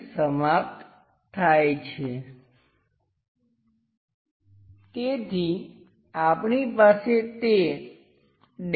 આ સંભવત સામેનાં દેખાવ માટેની દિશા છે જ્યારે આપણે તે સામેનો દેખાવ બનાવી રહ્યા હોય ત્યારે 90 ડિગ્રીએ તેને એકલાઈનમાં કરવામાં આવે ત્યારે આપણે આ મેળવી શકીએ છીએ